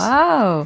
Wow